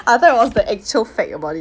I thought it was the actual fact about it